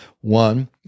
One